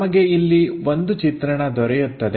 ನಮಗೆ ಇಲ್ಲಿ ಒಂದು ಚಿತ್ರಣ ದೊರೆಯುತ್ತದೆ